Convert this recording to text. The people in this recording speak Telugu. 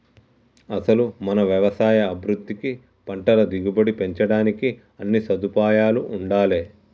అసలు మన యవసాయ అభివృద్ధికి పంటల దిగుబడి పెంచడానికి అన్నీ సదుపాయాలూ ఉండాలే